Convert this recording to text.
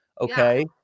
Okay